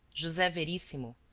jose verissimo,